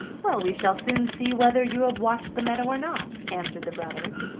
well, we shall soon see whether you have watched the meadow or not, answered the brothers,